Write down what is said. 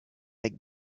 avec